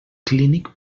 clínic